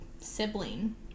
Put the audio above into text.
sibling